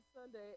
Sunday